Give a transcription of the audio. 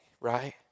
right